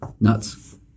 nuts